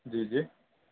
جی جی